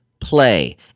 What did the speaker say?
play